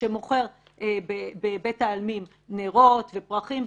שמוכר בבית העלמין נרות ופרחים,